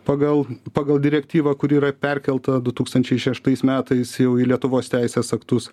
pagal pagal direktyvą kuri yra perkelta du tūkstančiai šeštais metais jau į lietuvos teisės aktus